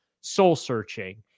soul-searching